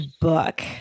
book